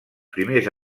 primers